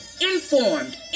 informed